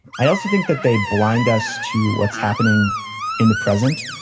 i also think that they blind us to what's happening in the present.